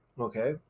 Okay